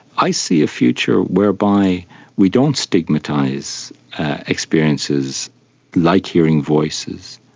i see a future whereby we don't stigmatise experiences like hearing voices,